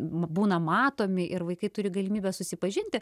būna matomi ir vaikai turi galimybę susipažinti